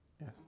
Yes